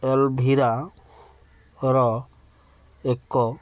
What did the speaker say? ଏଲଭିରାର ଏକ